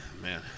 man